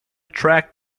track